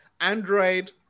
Android